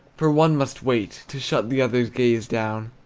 for one must wait to shut the other's gaze down,